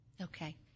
Okay